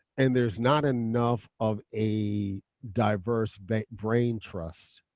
and there's not enough of a diverse but brain trust